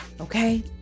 Okay